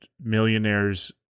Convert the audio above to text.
millionaires